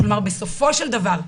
כלומר בסופו של דבר,